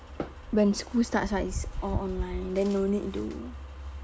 when school starts right it's all online then no need do